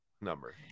number